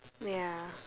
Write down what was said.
ya